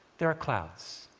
there are clouds,